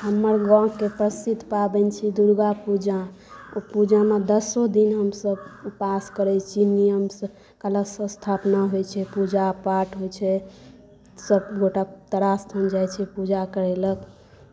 हमर गाँके परसिद्ध पाबनि छी दुर्गापूजा ओ पूजामे दसो दिन हमसभ उपास करै छी नियमसँ कलश स्थापना होइ छै पूजा पाठ होइ छै सभगोटा तारास्थान जाय छै पूजा करय लेल